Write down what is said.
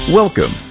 Welcome